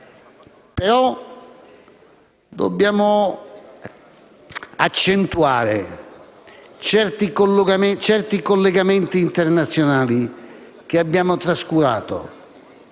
però accentuare certi collegamenti internazionali che abbiamo trascurato.